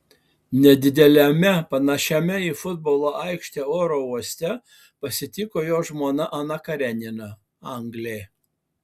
nedideliame panašiame į futbolo aikštę oro uoste pasitiko jo žmona ana anglė